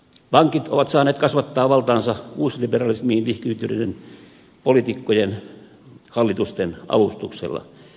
pankit ovat saaneet kasvattaa valtaansa uusliberalismiin vihkiytyneiden poliitikkojen hallitusten avustuksella